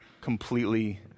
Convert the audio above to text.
completely